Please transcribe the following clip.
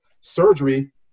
surgery